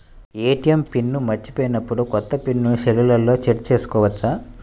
ATM pin మరచిపోయినప్పుడు, కొత్త pin సెల్లో సెట్ చేసుకోవచ్చా?